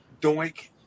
Doink